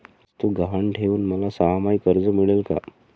वस्तू गहाण ठेवून मला सहामाही कर्ज मिळेल का?